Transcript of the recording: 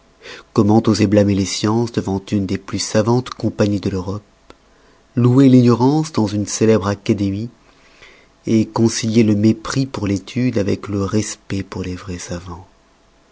comment oser blâmer les sciences devant une des plus savantes compagnies de l'europe louer l'ignorance dans une célèbre académie et concilier le mépris pour l'étude avec le respect pour les vrais savans